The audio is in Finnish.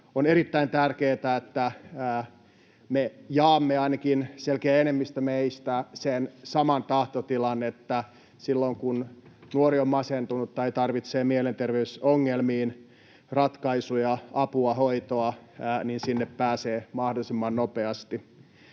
On erittäin tärkeätä, että me jaamme, ainakin selkeä enemmistö meistä, sen saman tahtotilan, että silloin kun nuori on masentunut tai tarvitsee mielenterveysongelmiin ratkaisuja, apua, hoitoa, niin sinne pääsee mahdollisimman nopeasti.